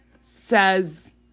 Says